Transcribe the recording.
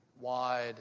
wide